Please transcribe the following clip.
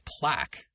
plaque